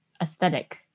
aesthetic